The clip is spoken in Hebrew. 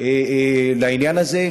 בעניין הזה,